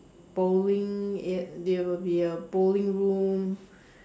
bowling ya there will be a bowling room